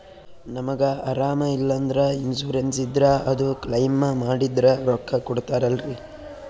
ನಮಗ ಅರಾಮ ಇಲ್ಲಂದ್ರ ಇನ್ಸೂರೆನ್ಸ್ ಇದ್ರ ಅದು ಕ್ಲೈಮ ಮಾಡಿದ್ರ ರೊಕ್ಕ ಕೊಡ್ತಾರಲ್ರಿ?